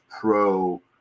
pro